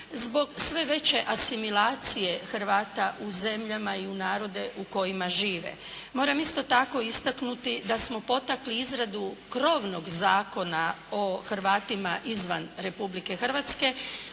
zbog sve veće asimilacije Hrvata u zemljama i u narode u kojima žive. Moram isto tako istaknuti da smo potaknuli izradu krovnog zakona o Hrvatima izvan Republike Hrvatske,